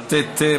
בתי תה,